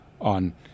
on